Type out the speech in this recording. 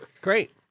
great